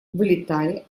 вылетали